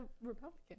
Republican